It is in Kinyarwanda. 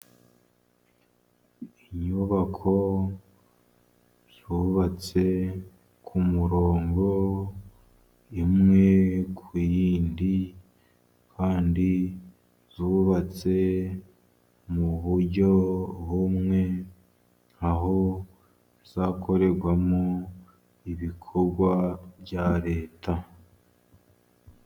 Inyubako yubatse ku murongo imwe ku yindi, kandi zubatse mu buryo bumwe, aho zizakorerwamo ibikorwa bya leta.